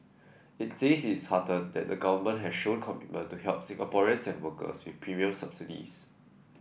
it says it's heartened that the Government has shown commitment to help Singaporeans and workers with premium subsidies